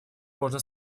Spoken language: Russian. можно